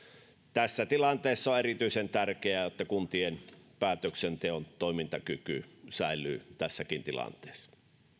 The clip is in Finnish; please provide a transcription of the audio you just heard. tässä tilanteessa on erityisen tärkeää että kuntien päätöksenteon toimintakyky säilyy tässäkin tilanteessa